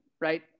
right